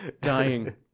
Dying